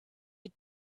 you